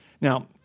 Now